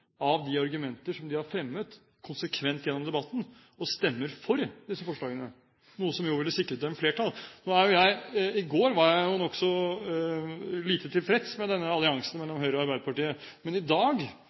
av de argumenter som de har fremmet konsekvent gjennom debatten, og stemmer for disse forslagene, noe som jo ville sikret dem flertall. I går var jeg nokså lite tilfreds med denne alliansen